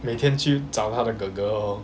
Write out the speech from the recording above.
每天去找他的哥哥 orh